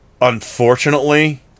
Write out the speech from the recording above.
unfortunately